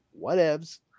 whatevs